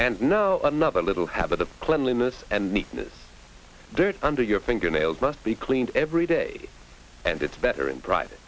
and know another little have a cleanliness and neatness dirt under your fingernails must be cleaned every day and it's better in private